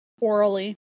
orally